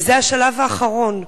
וזה השלב האחרון.